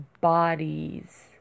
bodies